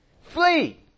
Flee